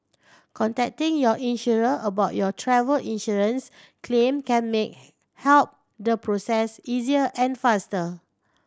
contacting your insurer about your travel insurance claim can make help the process easier and faster